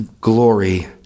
glory